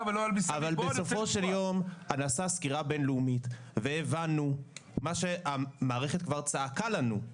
בסופו של יום נעשתה סקירה בין לאומית והבנו מה שהמערכת כבר צעקה לנו,